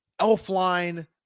Elfline